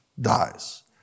dies